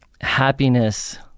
happiness